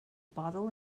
bottle